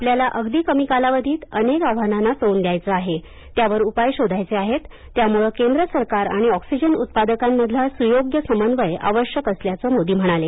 आपल्याला अगदी कमी कालावधीत अनेक आव्हानांना तोंड द्यायचं आहे त्यावर उपाय शोधायचे आहेत त्यामुळं केंद्र सरकार आणि ऑक्सिजन उत्पादकांमधला सुयोग्य समन्वय आवश्यक असल्याचं मोदी म्हणाले